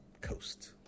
coast